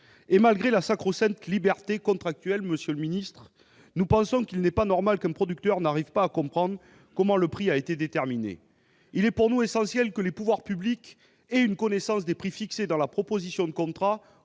Malgré la sacro-sainte liberté contractuelle, monsieur le ministre, il ne nous semble pas normal qu'un producteur ne parvienne pas à comprendre comment le prix a été déterminé. Il est essentiel que les pouvoirs publics aient une connaissance des prix fixés dans la proposition de contrat